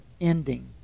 ending